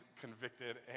convicted